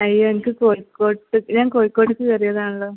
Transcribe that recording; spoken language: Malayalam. അയ്യോ എനിക്ക് കോയിക്കോട്ട്ക്ക് ഞാൻ കോഴിക്കോട്ക്ക് കയറിയതാണല്ലോ